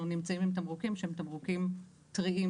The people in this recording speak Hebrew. נמצאים עם תמרוקים שהם תמרוקים טריים,